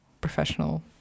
professional